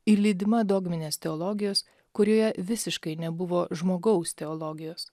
ir lydima dogminės teologijos kurioje visiškai nebuvo žmogaus teologijos